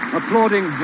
applauding